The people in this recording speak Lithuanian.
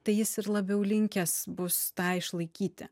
tai jis ir labiau linkęs bus tą išlaikyti